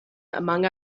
among